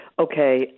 Okay